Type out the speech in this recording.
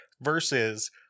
versus